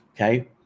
Okay